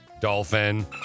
Dolphin